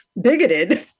bigoted